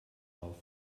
auf